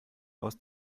aus